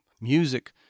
music